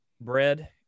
Bread